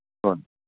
ꯍꯣꯏ